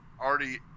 Already